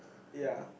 ya